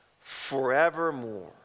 forevermore